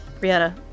Brianna